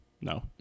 no